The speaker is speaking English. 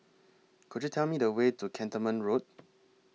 Could YOU Tell Me The Way to Cantonment Road